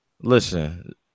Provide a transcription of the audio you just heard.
Listen